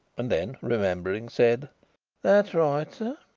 and then, remembering, said that's right, sir.